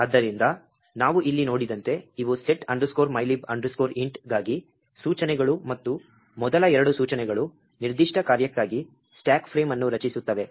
ಆದ್ದರಿಂದ ನಾವು ಇಲ್ಲಿ ನೋಡಿದಂತೆ ಇವು set mylib int ಗಾಗಿ ಸೂಚನೆಗಳು ಮತ್ತು ಮೊದಲ ಎರಡು ಸೂಚನೆಗಳು ನಿರ್ದಿಷ್ಟ ಕಾರ್ಯಕ್ಕಾಗಿ ಸ್ಟಾಕ್ ಫ್ರೇಮ್ ಅನ್ನು ರಚಿಸುತ್ತವೆ